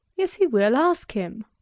yes, he will ask him.